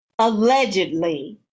Allegedly